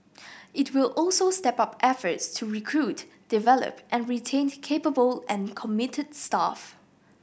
it will also step up efforts to recruit develop and retain capable and committed staff